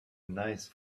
nice